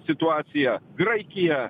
situacija graikiją